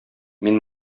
мин